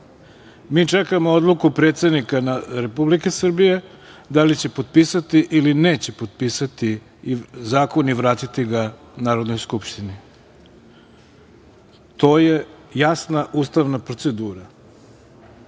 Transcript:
čekamo odluku predsednika Republike Srbije da li će potpisati ili neće potpisati zakon i vratiti ga Narodnoj skupštini. To je jasna ustavna procedura. Prema